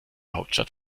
hauptstadt